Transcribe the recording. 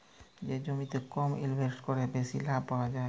যে জমিতে কম ইলভেসেট ক্যরে বেশি লাভ পাউয়া যায়